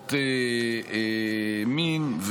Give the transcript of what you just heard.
עבירות מין,